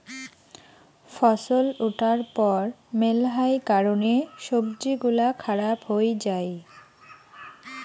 ফছল উঠার পর মেলহাই কারণে সবজি গুলা খারাপ হই যাই